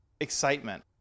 excitement